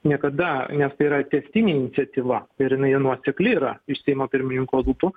niekada nes tai yra tęstinė iniciatyva ir jinai nuosekli yra iš seimo pirmininko lupų